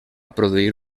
produir